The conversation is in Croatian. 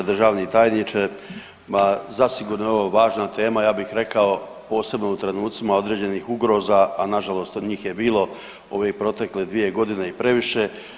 Državni tajniče ma zasigurno je ovo važna tema, ja bih rekao posebno u trenucima određenih ugroza, a nažalost od njih je bilo u ove protekle 2 godine i previše.